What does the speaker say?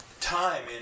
time